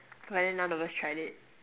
but then none of us tried it